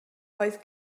oedd